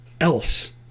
else